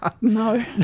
no